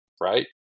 right